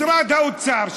משרד האוצר,